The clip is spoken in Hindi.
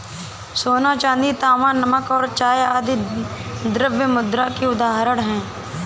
सोना, चांदी, तांबा, नमक और चाय आदि द्रव्य मुद्रा की उदाहरण हैं